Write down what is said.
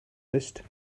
list